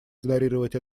игнорировать